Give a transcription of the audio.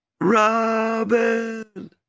Robin